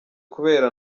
kubera